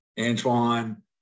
Antoine